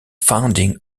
founding